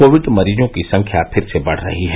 Covid मरीजों की संख्या फिर से बढ़ रही है